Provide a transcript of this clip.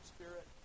Spirit